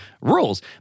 Rules